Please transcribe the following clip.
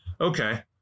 Okay